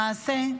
למעשה,